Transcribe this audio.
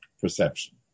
perception